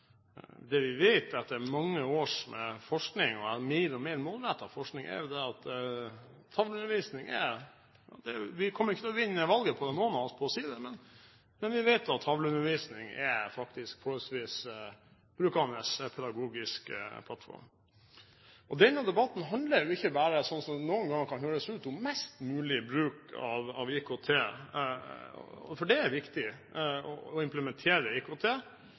det vi vet etter mange års mer og mer målrettet forskning, er at tavleundervisning – ingen av oss kommer til å vinne valget på å si det – faktisk er en forholdsvis «brukandes» pedagogisk plattform. Denne debatten handler jo ikke bare – sånn som det noen ganger kan høres ut som – om mest mulig bruk av IKT, for det er viktig å implementere IKT